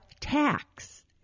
tax